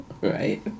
Right